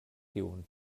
tiun